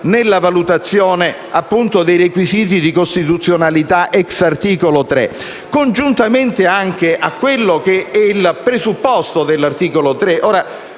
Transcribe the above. nella valutazione dei requisiti di costituzionalità, *ex* articolo 3, congiuntamente anche al presupposto dell'articolo 3: